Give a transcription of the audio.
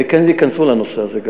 "מקינזי" ייכנסו גם לנושא הזה.